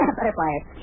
Butterflies